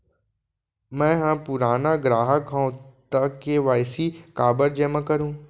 मैं ह पुराना ग्राहक हव त के.वाई.सी काबर जेमा करहुं?